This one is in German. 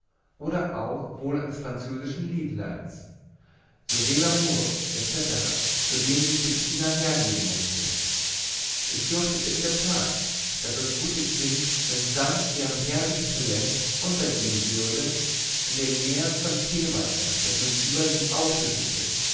oder auch wohl eines französischen liedleins souvent l'amour etc zu dem sich bettina hergeben mußte ich fürchtete in der tat daß das gute kind mit samt ihrem herrlichen talent untergehen würde in dem meer von teewasser das man über sie ausschüttete